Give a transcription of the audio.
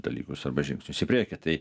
dalykus arba žingsnius į priekį tai